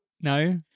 no